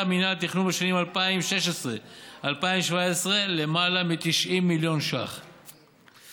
המנהל התכנון בשנים 2016 2017 למעלה מ-90 מיליון שקלים.